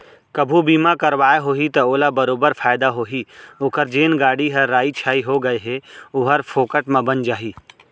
कभू बीमा करवाए होही त ओला बरोबर फायदा होही ओकर जेन गाड़ी ह राइ छाई हो गए हे ओहर फोकट म बन जाही